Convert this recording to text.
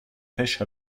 pêche